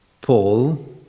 Paul